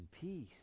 peace